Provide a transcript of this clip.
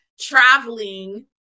traveling